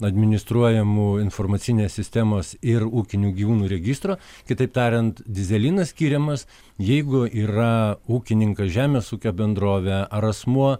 administruojamų informacinės sistemos ir ūkinių gyvūnų registro kitaip tariant dyzelinas skiriamas jeigu yra ūkininkas žemės ūkio bendrovė ar asmuo